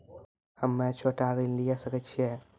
हम्मे छोटा ऋण लिये सकय छियै?